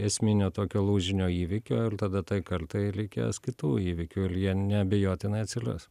esminio tokio lūžinio įvykio ir tada tai kartai reikės kitų įvykių il jie neabejotinai atsilias